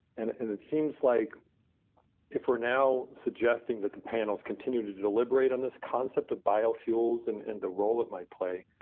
and and it seems like if we're now suggesting that the panels continue to to deliberate on this concept of biofilms and and the role, it might play.